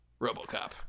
RoboCop